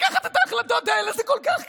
לקחת את ההחלטות האלה זה כל כך קשה.